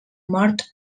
mort